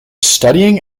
studying